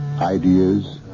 ideas